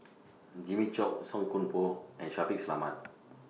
Jimmy Chok Song Koon Poh and Shaffiq Selamat